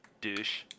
Douche